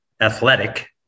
athletic